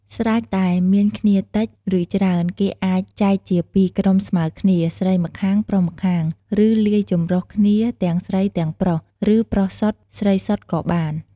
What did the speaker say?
ស្រេចតែមានគ្នាតិច ឬ ច្រើន គេអាចចែកជាពីរក្រុមស្មើគ្នា ស្រីម្ខាង ប្រុសម្ខាង ឬ លាយចម្រុះគ្នាទាំងស្រីទាំងប្រុស ឬ ប្រុសសុទ្ធ ស្រីសុទ្ធក៏បាន។